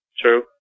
True